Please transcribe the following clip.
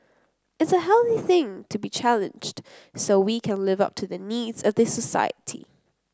it's a healthy thing to be challenged so we can live up to the needs of the society